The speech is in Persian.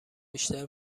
بیشتر